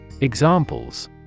Examples